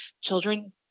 Children